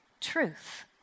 Truth